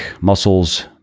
muscles